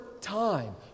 time